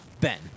Ben